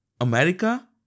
America